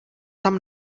tam